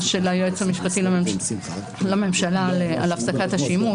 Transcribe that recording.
של היועץ המשפטי לממשלה על הפסקת השימוש.